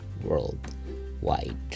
worldwide